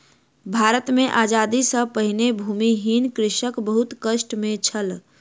भारत मे आजादी सॅ पहिने भूमिहीन कृषक बहुत कष्ट मे छल